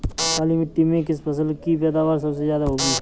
काली मिट्टी में किस फसल की पैदावार सबसे ज्यादा होगी?